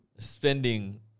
Spending